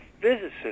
physicists